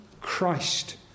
Christ